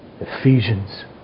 Ephesians